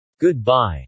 Goodbye